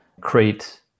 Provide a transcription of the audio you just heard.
create